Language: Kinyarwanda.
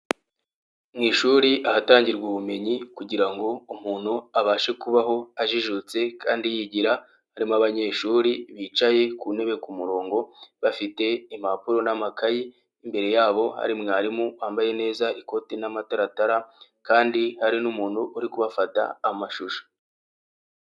Mu ishuri ahatangirwa ubumenyi kugira ngo umuntu abashe kubaho ajijutse kandi yigira, harimo abanyeshuri bicaye ku ntebe ku murongo, bafite impapuro n'amakayi, imbere yabo hari mwarimu wambaye neza ikoti n'amataratara kandi hari n'umuntu uri kubafata amashusho.